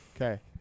Okay